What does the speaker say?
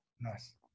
Nice